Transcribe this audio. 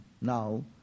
now